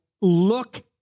look